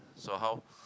so how